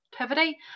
activity